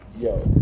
Yo